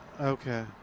okay